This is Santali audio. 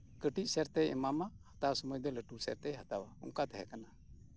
ᱠᱟᱹᱴᱤᱡ ᱥᱮᱨ ᱛᱮᱭ ᱮᱢᱟᱢᱟ ᱦᱟᱛᱟᱣ ᱥᱚᱢᱚᱭ ᱫᱚ ᱞᱟᱹᱴᱩ ᱥᱮᱨ ᱛᱮᱭ ᱦᱟᱛᱟᱣᱟ ᱚᱱᱠᱟ ᱛᱟᱸᱦᱮ ᱠᱟᱱᱟ